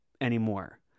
anymore